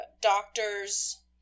doctor's